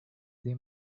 they